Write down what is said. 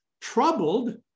troubled